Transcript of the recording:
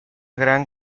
gran